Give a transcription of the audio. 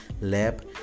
lab